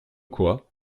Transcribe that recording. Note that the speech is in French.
quoi